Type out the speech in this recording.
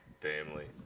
Family